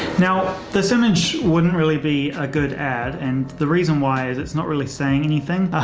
now, this image wouldn't really be a good ad. and the reason why that's not really saying anything.